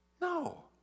No